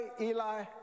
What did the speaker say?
Eli